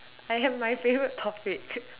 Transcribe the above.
I am my favourite topic